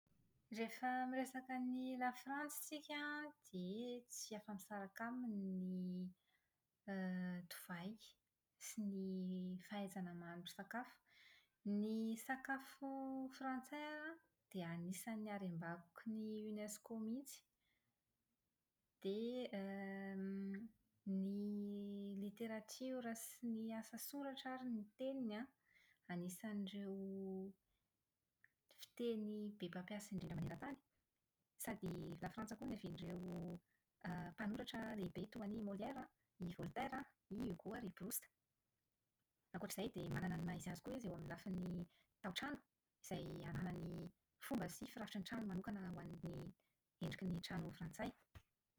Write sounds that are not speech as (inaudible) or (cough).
Rehefa miresaka an'i Lafrantsa tsika an, dia tsy afa-misaraka aminy ny (hesitation) divay sy ny fahaizana mahandro sakafo. Ny sakafo frantsay dia anisan'ny harem-bakoky ny UNESCO mihitsy. Dia (hesitation) > ny literatiora sy ny asasoratra ary ny teniny an, anisan'ireo fiteny be mpampiasa indrindra maneran-tany. Sady Lafrantsoa koa no niavian'ireo (hesitation) > mpanoratra lehibe toa an'i Molière, Voltaire, i Hugo ary i Boust. Ankoatr'izay dia manana ny maha-izy azy koa izy eo amin'ny lafiny taotrano izay ananany fomba sy firafitry ny trano manokana ho an'ny endriky ny trano frantsay.